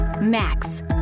max